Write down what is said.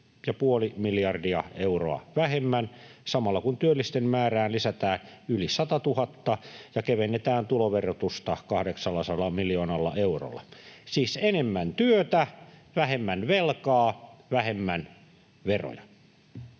yli 2,5 miljardia euroa vähemmän samalla, kun työllisten määrää lisätään yli 100 000 ja kevennetään tuloverotusta 800 miljoonalla eurolla — siis enemmän työtä, vähemmän velkaa ja vähemmän veroja.